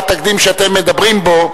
התקדים שאתם מדברים בו,